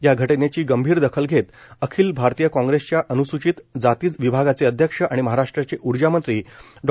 या घटनेची गंभीर दखल घेत अखिल भारतीय काँग्रेसच्या अन्सूचित जाती विभागाचे अध्यक्ष आणि महाराष्ट्राचे ऊर्जा मंत्री डॉ